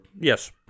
yes